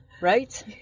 Right